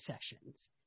sessions